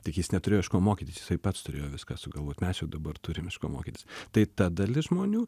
tik jis neturėjo iš ko mokytis jisai pats turėjo viską sugalvot mes jau dabar turim iš ko mokytis tai ta dalis žmonių